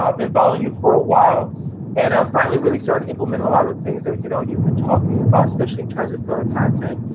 ah been following you for a while and i've finally really started to implement a lot of the things that you know you've been talking about, especially in terms of pillar content.